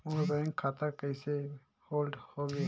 मोर bank खाता कइसे hold होगे?